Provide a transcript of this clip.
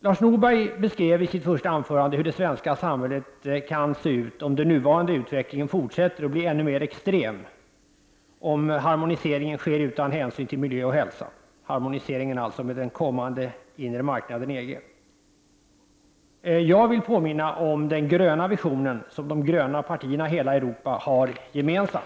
I sitt anförande beskrev Lars Norberg hur det svenska samhället kan komma att se ut om den nuvarande utvecklingen fortsätter och blir ännu mer extrem, om harmoniseringen med den kommande inre marknaden inom EG sker utan hänsyn till miljö och hälsa. Jag vill påminna om den gröna vision som de gröna partierna i hela Europa har gemensam.